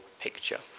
picture